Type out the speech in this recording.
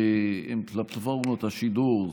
שהם פלטפורמות השידור,